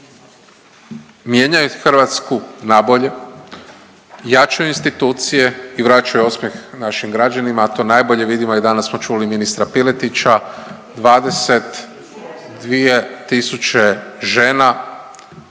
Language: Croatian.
mijenjaju Hrvatsku na bolje, jačaju institucije i vraćaju osmjeh našim građanima, a to najbolje vidimo i danas smo čuli ministra Piletića 22 tisuće žena